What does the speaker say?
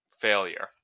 Failure